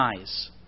eyes